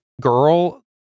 girl